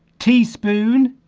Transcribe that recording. teaspoon